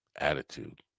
attitude